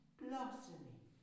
blossoming